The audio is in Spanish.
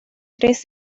tres